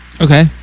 Okay